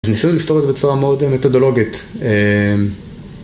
ניסוי לפתור את זה בצורה מאוד מתודולוגית.